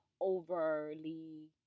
overly